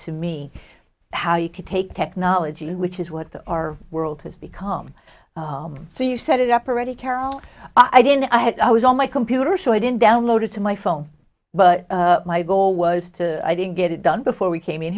to me how you could take technology which is what our world has become so you set it up are ready carol i didn't i had i was on my computer so i didn't download it to my phone but my goal was to i didn't get it done before we came in